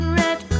red